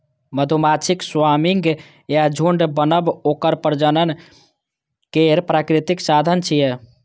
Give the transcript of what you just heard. मधुमाछीक स्वार्मिंग या झुंड बनब ओकर प्रजनन केर प्राकृतिक साधन छियै